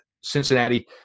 Cincinnati